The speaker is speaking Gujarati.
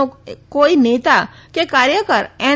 નો કોઇ નેતા કે કાર્યકર એન